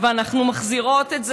ואנחנו מחזירות את זה,